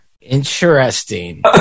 Interesting